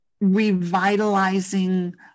revitalizing